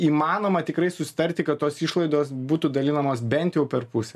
įmanoma tikrai susitarti kad tos išlaidos būtų dalinamos bent jau per pusę